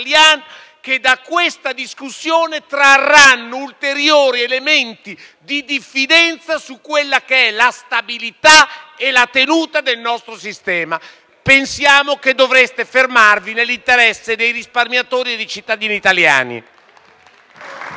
da questa discussione, trarranno ulteriori elementi di diffidenza su quella che è la stabilità e la tenuta del nostro sistema. Pensiamo che dovreste fermarvi, nell'interesse dei risparmiatori e dei cittadini italiani.